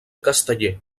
casteller